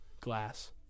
glass